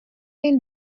این